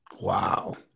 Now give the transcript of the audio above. Wow